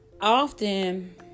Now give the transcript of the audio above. often